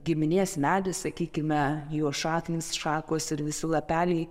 giminės medis sakykime jo šaknys šakos ir visi lapeliai